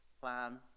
plan